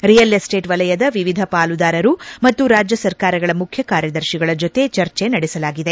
real estate ವಲಯದ ವಿವಿಧ ಪಾಲುದಾರರು ಮತ್ತು ರಾಜ್ಯ ಸರ್ಕಾರಗಳ ಮುಖ್ಯ ಕಾರ್ಯದರ್ಶಿಗಳ ಜತೆ ಚರ್ಚೆ ನಡೆಸಲಾಗಿದೆ